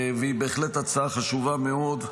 והיא בהחלט הצעה חשובה מאוד.